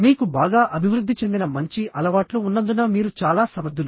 మీకు బాగా అభివృద్ధి చెందిన మంచి అలవాట్లు ఉన్నందున మీరు చాలా సమర్థులు